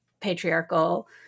patriarchal